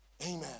Amen